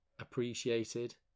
appreciated